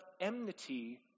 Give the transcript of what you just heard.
enmity